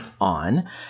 on